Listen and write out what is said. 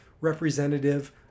representative